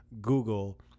Google